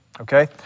Okay